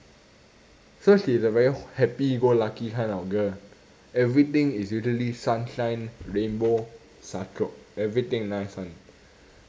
so she is a very happy go lucky kind of girl everything is usually sunshine rainbow sachok everything nice [one]